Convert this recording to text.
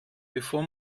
bevor